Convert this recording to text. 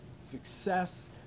Success